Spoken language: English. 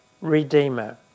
Redeemer